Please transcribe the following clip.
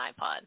iPod